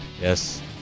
Yes